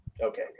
Okay